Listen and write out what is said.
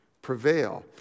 prevail